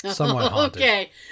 Okay